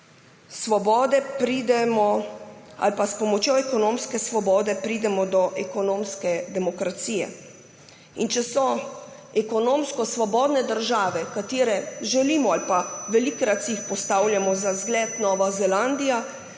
svobode, vendar s pomočjo ekonomske svobode pridemo do ekonomske demokracije. In če so ekonomsko svobodne države, ki si jih velikokrat postavljamo za zgled, Nova Zelandija,